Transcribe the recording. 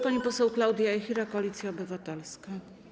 Pani poseł Klaudia Jachira, Koalicja Obywatelska.